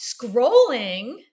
scrolling